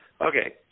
Okay